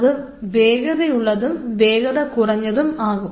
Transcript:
അത് വേഗതയുള്ളതും വേഗത കുറഞ്ഞതും ആകും